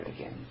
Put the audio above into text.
again